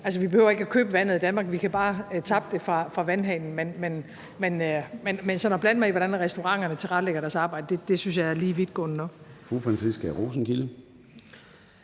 vi behøver ikke at købe vandet i Danmark, for vi kan bare tappe det fra vandhanen. Men sådan at blande mig i, hvordan restauranterne tilrettelægger deres arbejde, synes jeg er lige vidtgående nok. Kl.